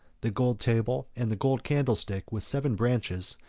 the gold table, and the gold candlestick with seven branches,